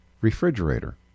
refrigerator